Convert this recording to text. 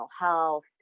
health